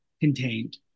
contained